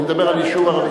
אני מדבר על יישוב ערבי.